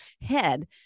head